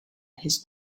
his